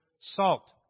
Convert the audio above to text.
salt